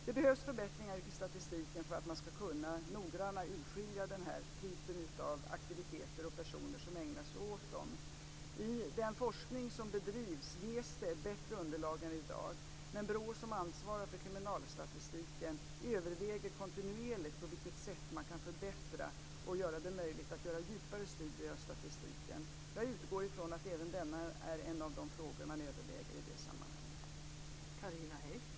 Det behövs förbättringar i statistiken för att man noggrannare skall kunna urskilja den här typen av aktiviteter och de personer som ägnar sig åt dem. I den forskning som bedrivs ges ett bättre underlag än i dag, men BRÅ, som ansvarar för kriminalstatistiken, överväger kontinuerligt på vilket sätt man kan förbättra och göra det möjligt att utföra djupare studier av statistiken. Jag utgår från att även detta är en av de frågor som man överväger i det sammanhanget.